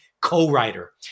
co-writer